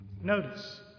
Notice